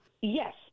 Yes